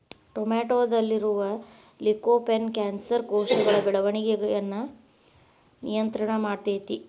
ಟೊಮೆಟೊದಲ್ಲಿರುವ lycopene cancer ಕೋಶಗಳ ಬೆಳವಣಿಗಯನ್ನ ನಿಯಂತ್ರಣ ಮಾಡ್ತೆತಿ